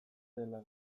zela